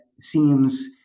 seems